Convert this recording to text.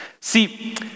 See